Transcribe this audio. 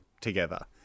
together